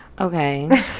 okay